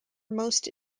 most